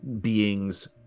beings